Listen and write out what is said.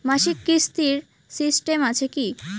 মাসিক কিস্তির সিস্টেম আছে কি?